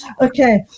Okay